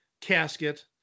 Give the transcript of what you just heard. casket